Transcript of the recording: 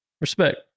Respect